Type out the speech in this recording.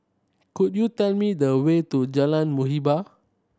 could you tell me the way to Jalan Muhibbah